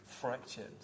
fractured